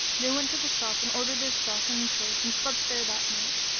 they went to the shop and ordered their stock in trade and slept there that night.